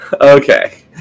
Okay